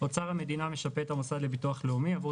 אוצר המדינה משפה את המוסד לביטוח לאומי עבור